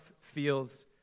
feels